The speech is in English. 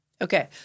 Okay